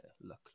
look